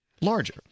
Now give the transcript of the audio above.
larger